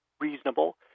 reasonable